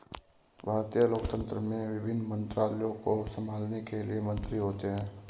भारतीय लोकतंत्र में विभिन्न मंत्रालयों को संभालने के लिए मंत्री होते हैं